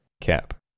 Cap